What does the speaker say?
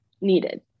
needed